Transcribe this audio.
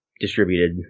distributed